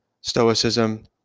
Stoicism